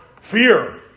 fear